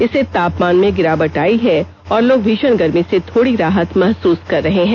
इससे तापमान में गिरावट आई है और लोग भीषण गर्मी से थोडी राहत महसुस कर रहे हैं